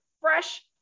fresh